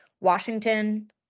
Washington